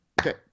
okay